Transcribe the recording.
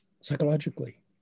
psychologically